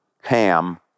Ham